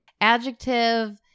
Adjective